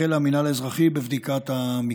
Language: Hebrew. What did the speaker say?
החל המינהל האזרחי בבדיקת המקרה.